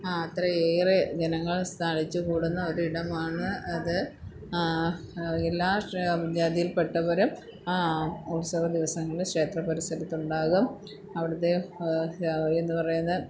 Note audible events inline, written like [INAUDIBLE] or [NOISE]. അത്രയേറെ ജനങ്ങൾ തടിച്ച് കൂടുന്ന ഒരിടമാണ് അത് എല്ലാജാതിയിൽപ്പെട്ടവരും ആ ഉത്സവദിവസങ്ങളില് ക്ഷേത്രപരിസരത്തുണ്ടാകും അവിടുത്തെ [UNINTELLIGIBLE] പറയുന്ന